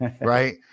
right